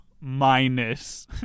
minus